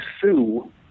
sue